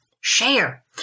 share